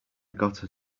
gotta